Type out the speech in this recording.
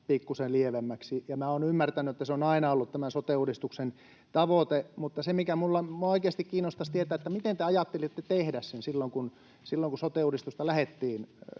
pikkusen lievemmäksi, ja minä olen ymmärtänyt, että se on aina ollut tämän sote-uudistuksen tavoite. Minua oikeasti kiinnostaisi tietää, miten te ajattelitte tehdä sen silloin, kun sote-uudistusta lähdettiin